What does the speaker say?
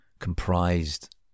comprised